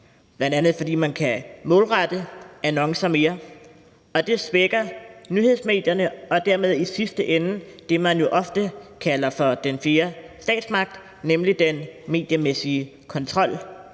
bl.a. fordi man kan målrette annoncer mere, og det svækker nyhedsmedierne og dermed i sidste ende det, man jo ofte kalder for den fjerde statsmagt, nemlig den mediemæssige kontrol